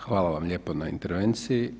Hvala vam lijepa na intervenciji.